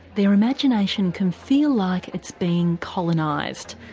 their imagination can feel like it's been colonized,